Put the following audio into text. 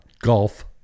golf